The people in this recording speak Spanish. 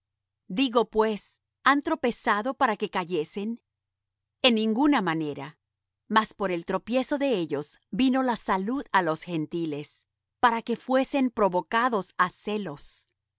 digo pues han tropezado para que cayesen en ninguna manera mas por el tropiezo de ellos vino la salud á los gentiles para que fuesen provocados á celos